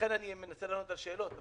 לכן, אני מנסה לענות על שאלות.